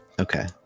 Okay